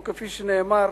או כפי שנאמר: